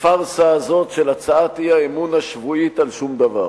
בפארסה הזאת של הצעת האי-אמון השבועית על שום דבר.